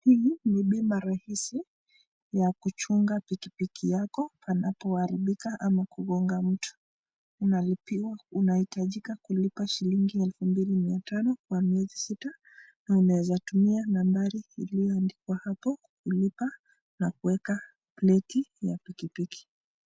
Hili ni bima rahisi ya kuchunga pikipiki yako panapoharibika ama kugonga mtu. Unalipiwa, unahitajika kulipa shilingi elfu mbili mia tano kwa miezi sita na unaweza tumia numbari ilioandikwa hapo kulipa na kuweka neti ya pikipiki.